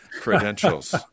credentials